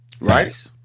Right